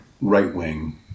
right-wing